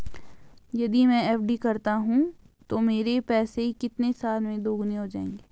यदि मैं एफ.डी करता हूँ तो मेरे पैसे कितने साल में दोगुना हो जाएँगे?